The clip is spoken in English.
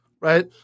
right